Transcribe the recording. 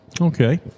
Okay